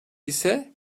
ise